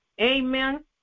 Amen